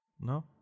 No